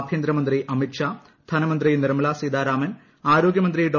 ആഭ്യന്തരമന്ത്രി അമിത്ഷാ ധനമുന്തിട് നിർമലാ സീതാരാമൻ ആരോഗൃമന്ത്രി ഡോ